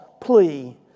plea